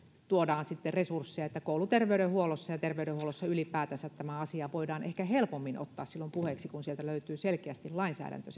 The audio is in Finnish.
tuodaan sitten resursseja että kouluterveydenhuollossa ja terveydenhuollossa ylipäätänsä tämä asia voidaan ehkä helpommin ottaa silloin puheeksi kun sieltä löytyy selkeästi lainsäädäntö